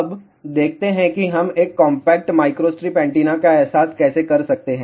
अब देखते हैं कि हम एक कॉम्पैक्ट माइक्रोस्ट्रिप एंटीना का एहसास कैसे कर सकते हैं